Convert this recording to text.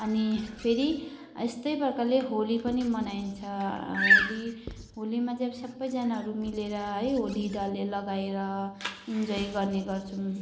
अनि फेरि यस्तै प्रकारले होली पनि मनाइन्छ होली होलीमा चाहिँ अब सबैजनाहरू मिलेर है होली दलेर लगाएर इन्जोय गर्ने गर्छौँ